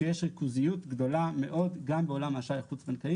שיש ריכוזיות גדולה מאוד גם בעולם האשראי החוץ בנקאי